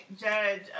judge